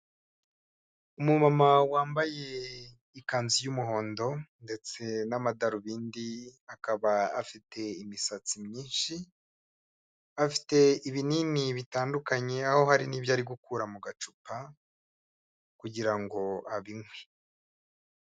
Umumama wambaye ikanzu y'umuhondo ndetse n'amadarubindi, akaba afite imisatsi myinshi, afite ibinini bitandukanye, aho hari n'ibyo ari gukura mu gacupa kugira ngo abinywe.